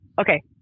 okay